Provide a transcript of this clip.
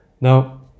Now